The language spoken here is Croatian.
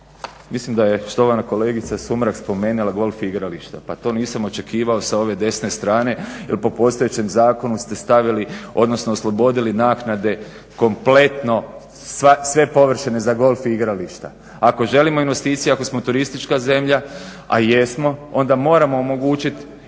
Mislim da je štovana kolegica Sumrak spomenula golf igrališta? Pa to nisam očekivao sa ove desne strane, jer po postojećem zakonu ste stavili, odnosno oslobodili naknade kompletno sve površine za golf igrališta. Ako želimo investicije, ako smo turistička zemlja, a jesmo, onda moramo omogućit